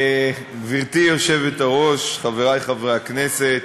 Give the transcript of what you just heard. גברתי היושבת-ראש, חברי חברי הכנסת,